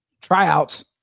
tryouts